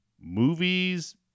Movies